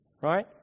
right